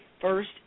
first